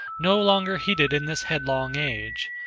no longer heeded in this headlong age,